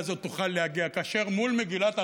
ובעוצמה: תחי מדינת ישראל,